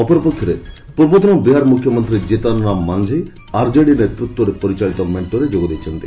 ଅପରପକ୍ଷରେ ପୂର୍ବତନ ବିହାର ମୁଖ୍ୟମନ୍ତ୍ରୀ ଜିତନ୍ରାମ ମାଂନଝି ଆରକ୍ଷେଡି ନେତୃତ୍ୱରେ ପରିଚାଳିତ ମେଣ୍ଟରେ ଯୋଗଦେଇଛନ୍ତି